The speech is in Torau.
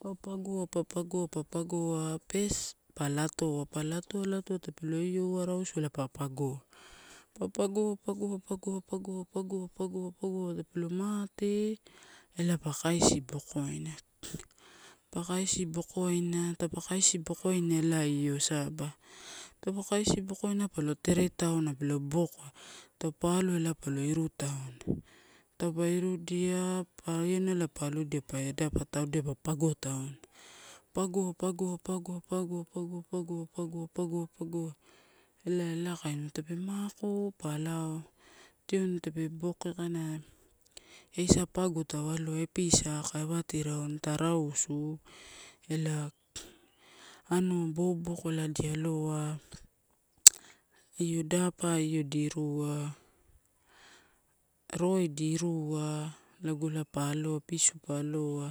pa pagoa, pa pagoa, pa pagoa pes pa latoa, pa latoa, latoa, latoa tape lo loua rausu ela pa pagoa. Pa pagoa, pagoa, pagoa pagoa, pagoa, pagoa, pagoa tape lo mate ela pa kaisi bokoina, pa kaisi bokoina taupa kaisi bokoina ela io saba, taupa kaisi bokoina pa lo tere tauna pelo bobokoa. Taupa aloa ela palo irutauna, taupa iruelia pa ionala pa allodia pa adapatau bedia pa pago tauna, pa pagoa, pagoa, pagoa, pagoa, pagoa, pagoa, pagoa, pago, pagoa ela, ela kainua. Tape mako pa lao tioni tape boboko kaina eisa pago tau aloa, episa aka ewati raun ta rausu ela anuua boboko ela ddi aloa io dapai eli irua, roe di irua lago ela pa aloa pisu pa aloa.